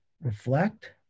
reflect